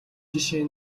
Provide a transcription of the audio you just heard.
жишээ